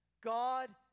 God